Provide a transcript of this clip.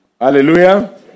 Hallelujah